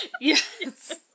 Yes